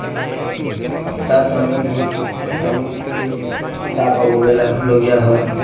আৰু তাত যাওঁতে বহুত সাৱধানে গৈ তাৰ পাবগৈলগীয়া হয়